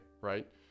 right